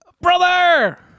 brother